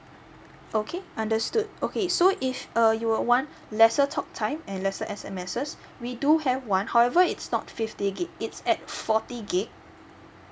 okay understood okay so if uh you'll want lesser talk time and lesser S_M_Ses we do have one however it's not fifty gig it's at forty gig